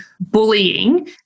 bullying